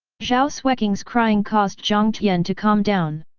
zhao xueqing's crying caused jiang tian to calm down.